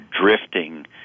drifting